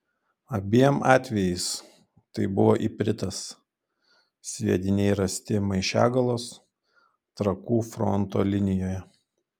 abiem atvejais tai buvo ipritas sviediniai rasti maišiagalos trakų fronto linijoje